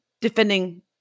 defending